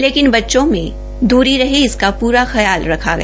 लेकिन बच्चों में दूरी रहे इसका पुरा ख्याल रखा गया